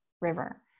river